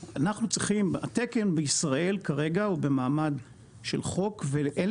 התקן בישראל כרגע הוא במעמד של חוק ואין